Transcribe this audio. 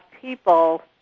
people